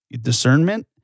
discernment